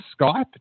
Skype